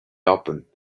open